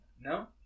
No